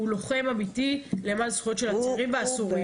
הוא לוחם אמיתי למען זכויות של עצירים ואסורים.